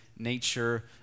nature